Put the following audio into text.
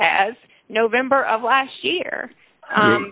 as november of last year